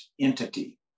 entity